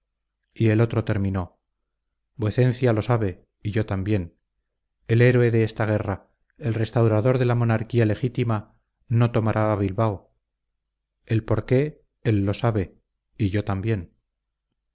y el otro terminó vuecencia lo sabe y yo también el héroe de esta guerra el restaurador de la monarquía legítima no tomará a bilbao el porqué él lo sabe y yo también